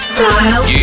Style